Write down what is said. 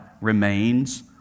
remains